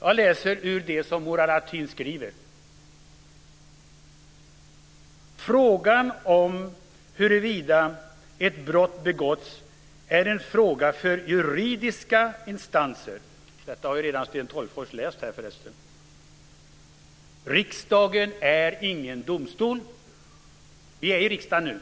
Jag läser det som Murad Artin skriver:"Frågan om huruvida ett brott begåtts är en fråga för juridiska instanser." Detta har redan Sten Tolgfors läst upp här, förresten. "Riksdagen är ingen domstol." Vi är i riksdagen nu.